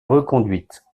reconduite